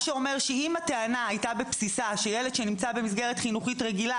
אם הטענה היתה בבסיסה שילד שנמצא במסגרת חינוכית רגילה,